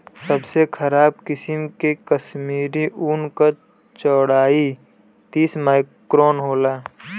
सबसे खराब किसिम के कश्मीरी ऊन क चौड़ाई तीस माइक्रोन होला